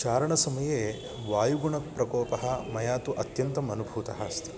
चारणसमये वायुगुणप्रकोपः मया तु अत्यन्तम् अनुभूतः अस्ति